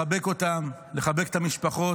לחבק אותם, לחבק את המשפחות